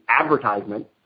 advertisement